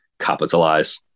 capitalize